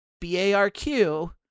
B-A-R-Q